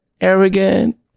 arrogant